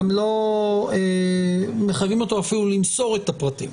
גם לא מחייבים אותו אפילו למסור את הפרטים.